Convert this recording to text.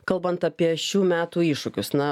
kalbant apie šių metų iššūkius na